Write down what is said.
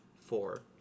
Four